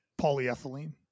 polyethylene